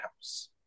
house